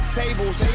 tables